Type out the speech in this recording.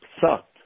sucked